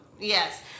yes